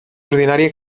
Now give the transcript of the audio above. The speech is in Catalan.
ordinària